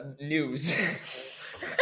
News